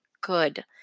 good